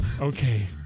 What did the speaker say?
okay